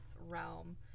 realm